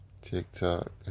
TikTok